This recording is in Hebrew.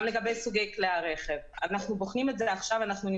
אם זה לגבי סוגי כלי הרכב.